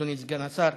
אדוני סגן השר.